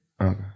Okay